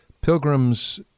pilgrims